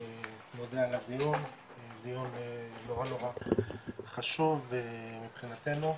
זה דיון נורא חשוב מבחינתנו,